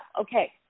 okay